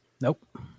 Nope